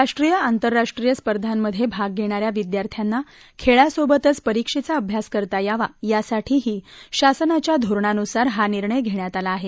राष्ट्रीय आंतरराष्ट्रीय स्पर्धांमधे भाग घेणा या विद्यार्थ्यांना खेळासोबतच परीक्षेचा अभ्यास करता यावा यासाठीही शासनाच्या धोरणानुसार हा निर्णय घेण्यात आला आहे